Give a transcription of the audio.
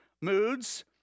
moods